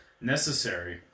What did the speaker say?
necessary